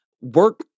work